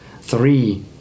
three